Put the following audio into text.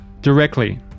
directly